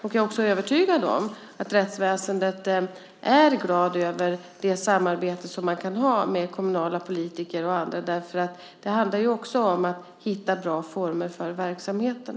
Jag är också övertygad om att man i rättsväsendet är glad över det samarbete man kan ha med kommunala politiker och andra. Det handlar om att hitta bra former för verksamheten.